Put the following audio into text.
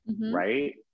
right